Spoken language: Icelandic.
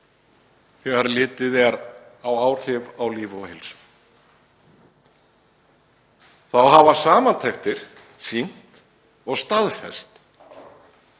þegar litið er á áhrif á líf og heilsu. Þá hafa samantektir sýnt og staðfest